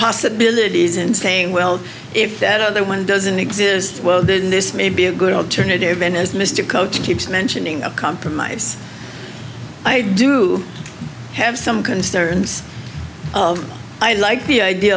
possibilities and saying well if that other one doesn't exist then this may be a good alternative and as mr coach keeps mentioning a compromise i do have some concerns i like the idea